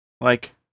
Like-